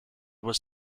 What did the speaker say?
was